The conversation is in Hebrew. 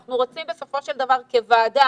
אנחנו רוצים בסופו של דבר כוועדה